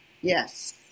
Yes